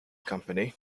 company